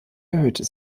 erhöhte